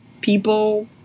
people